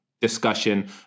discussion